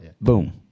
boom